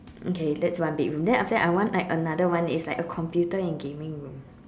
okay that's one bedroom then after that I want another one is like a computer and gaming room